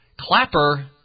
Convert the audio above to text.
Clapper